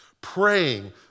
praying